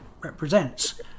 represents